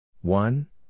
One